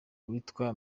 witwa